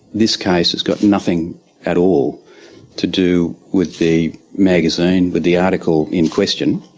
this case has got nothing at all to do with the magazine, with the article in question